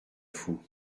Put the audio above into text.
fou